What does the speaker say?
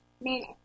minutes